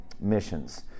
missions